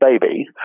baby